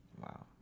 wow